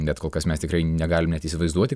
bet kol kas mes tikrai negalim net įsivaizduoti